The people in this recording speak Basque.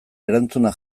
erantzuna